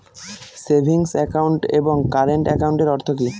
Savings account এবং current একাউন্টের অর্থ কি?